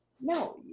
No